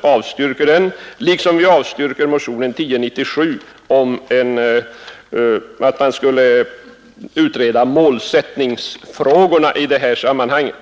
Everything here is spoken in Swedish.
avstyrker den i utskottet liksom vi även avstyrker motionen 1097 om en utredning av målsättningsfrågorna i detta sammanhang.